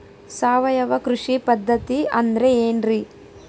ಸಾವಯವ ಕೃಷಿ ಪದ್ಧತಿ ಅಂದ್ರೆ ಏನ್ರಿ?